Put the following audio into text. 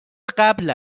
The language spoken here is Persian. قبل